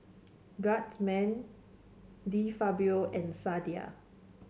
Guardsman De Fabio and Sadia